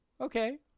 Okay